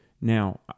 Now